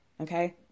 Okay